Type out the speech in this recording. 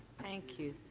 thank you,